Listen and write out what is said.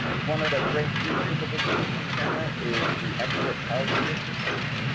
um one of the great features of the solutions center is the expert policy assistance.